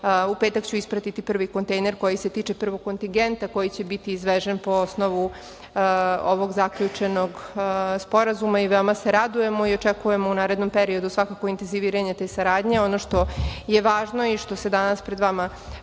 U petak ću ispratiti prvi kontejner koji se tiče prvog kontingenta koji će biti izvežen po osnovu ovog zaključenog sporazuma i veoma se radujemo. Očekujemo u narednom period intenziviranje te radnje. Ono što je važno i što se danas pred vama